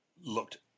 looked